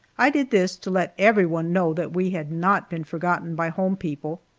i did this to let everyone know that we had not been forgotten by home people.